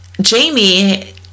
Jamie